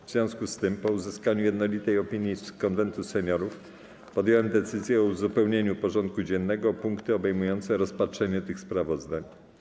W związku z tym, po uzyskaniu jednolitej opinii Konwentu Seniorów, podjąłem decyzję o uzupełnieniu porządku dziennego o punkty obejmujące rozpatrzenie tych sprawozdań.